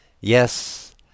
Yes